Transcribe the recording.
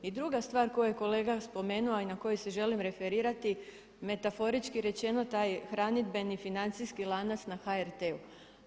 I druga stvar koju je kolega spomenuo, a na koju se želim referirati metaforički rečeno taj hranidbeni financijski lanac na HRT-u.